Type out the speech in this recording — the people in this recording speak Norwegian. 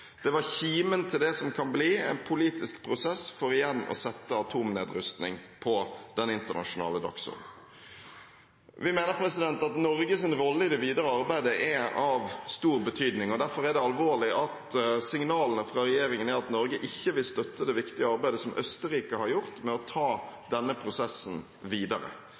Det var kimen til det som kan bli en politisk prosess for igjen å sette atomnedrustning på den internasjonale dagsordenen. Vi mener at Norges rolle i det videre arbeidet er av stor betydning, og derfor er det alvorlig at signalene fra regjeringen er at Norge ikke vil støtte det viktige arbeidet som Østerrike har gjort med å ta denne prosessen videre.